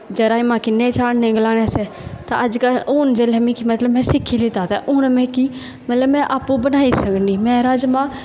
जां राजमांह् किन्ने चाढ़ने गलाने आस्तै ते अज्जकल हून जेल्लै मिगी मतलब में सिक्खी लेदा ते हून मिगी मतलब में आपूं बनाई सकनी में राजमांह्